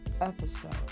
episode